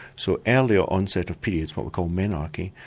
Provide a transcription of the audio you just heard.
so earlier onset of periods, what we call menarche,